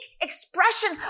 expression